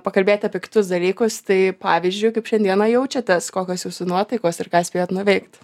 pakalbėti apie kitus dalykus tai pavyzdžiui kaip šiandieną jaučiatės kokios jūsų nuotaikos ir ką spėjot nuveikt